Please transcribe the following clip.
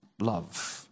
love